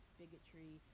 bigotry